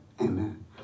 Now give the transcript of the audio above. Amen